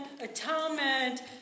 atonement